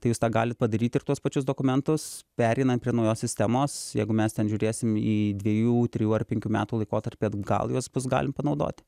tai jūs tą galit padaryti ir tuos pačius dokumentus pereinant prie naujos sistemos jeigu mes ten žiūrėsim į dviejų trijų ar penkių metų laikotarpį atgal juos bus galima panaudoti